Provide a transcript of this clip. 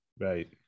right